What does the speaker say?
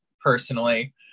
personally